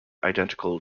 identical